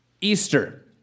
Easter